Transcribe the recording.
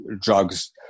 drugs